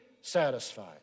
satisfied